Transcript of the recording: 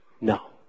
No